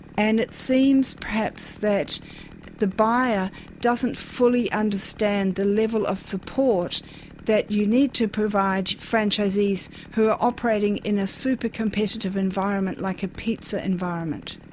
and it seems perhaps that the buyer doesn't fully understand the level of support that you need to provide franchisees who are operating in a super-competitive environment like a pizza environment.